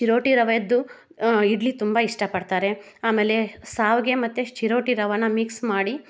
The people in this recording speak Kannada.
ಚಿರೋಟಿ ರವೆಯದ್ದು ಇಡ್ಲಿ ತುಂಬ ಇಷ್ಟ ಪಡ್ತಾರೆ ಆಮೇಲೆ ಶಾವ್ಗೆ ಮತ್ತು ಚಿರೋಟಿ ರವೆನ ಮಿಕ್ಸ್ ಮಾಡಿ